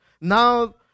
Now